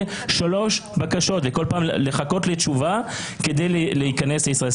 שלוש בקשות וכל פעם לחכות לתשובה כדי להיכנס לישראל.